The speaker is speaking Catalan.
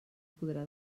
podrà